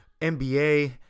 NBA